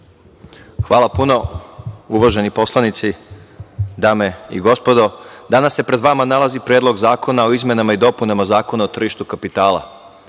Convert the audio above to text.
Hvala puno. Uvaženi poslanici, dame i gospodo, danas se pred vama nalazi Predlog zakona o izmenama i dopunama Zakona o tržištu kapitala.